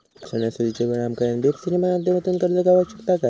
सणासुदीच्या वेळा आमका एन.बी.एफ.सी च्या माध्यमातून कर्ज गावात शकता काय?